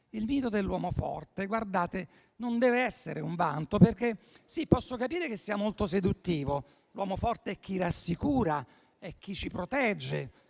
Il mito dell'uomo forte non deve essere un vanto. Sì, posso capire che sia molto seduttivo. L'uomo forte è chi rassicura; è chi ci protegge.